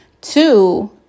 Two